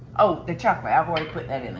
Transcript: oh the chocolate. i've already put that